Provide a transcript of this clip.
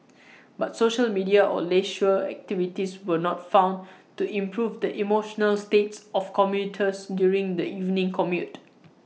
but social media or leisure activities were not found to improve the emotional states of commuters during the evening commute